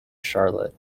charlotte